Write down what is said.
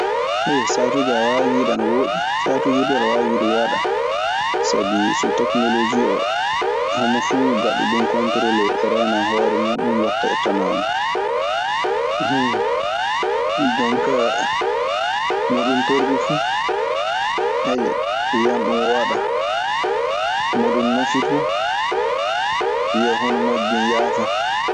Saatuuji aɗe waawi wiide ana wooɗi. Saatuuje duu aɗe waawi wiide wooɗaa. Sabi so teknolosii oo homo fuu gaɗɗo ɗum kontorolee reenan hoore muuɗun waɗta e tana mun. Jonkaa mo ɗun torli fu wiyan ɗun wooɗaa. Mo ɗun nafi du wiya hono majjun yaafaa.